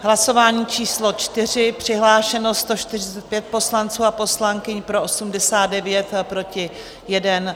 Hlasování číslo 4, přihlášeno 145 poslanců a poslankyň, pro 89, proti 1.